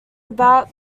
about